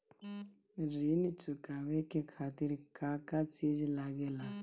ऋण चुकावे के खातिर का का चिज लागेला?